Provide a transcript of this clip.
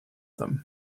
them